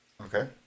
Okay